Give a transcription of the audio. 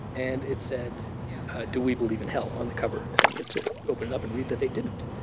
and it said do we believe in hell? on the cover. and then you had to open up and read that they didn't.